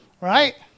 Right